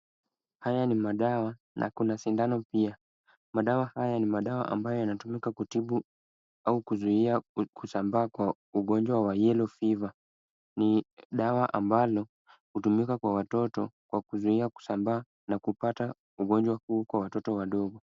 Haya ni madawa na kuna sindano pia, madawa haya ni madawa ambayo yanatumika kutibu au kuzuia kusambaa kwa ugonjwa wa yellow fever ni dawa ambayo hutumika kwa watoto kwa kuzuia kusambaa na kupata ugonjwa huu kwa watoto wadogo.